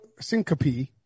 syncope